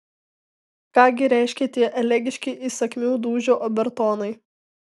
ką gi reiškia tie elegiški įsakmių dūžių obertonai